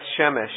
Shemesh